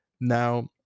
Now